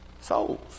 souls